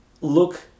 look